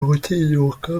gutinyuka